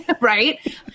right